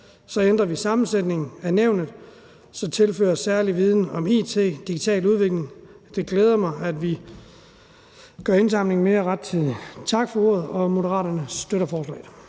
alt ændrer vi sammensætningen af nævnet ved at tilføre særlig viden om it og digital udvikling. Det glæder mig, at vi gør indsamlinger mere rettidige. Tak for ordet – Moderaterne støtter forslaget.